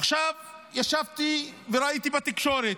עכשיו ישבתי וראיתי בתקשורת.